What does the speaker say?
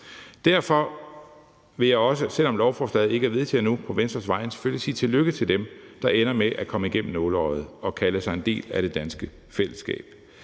Derfor vil jeg også, selv om lovforslaget ikke er vedtaget endnu, på Venstres vegne selvfølgelig sige tillykke til dem, der ender med at komme igennem nåleøjet og kalde sig en del af det danske fællesskab.